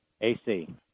AC